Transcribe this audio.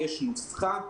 יש נוסחה,